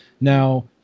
Now